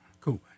Cool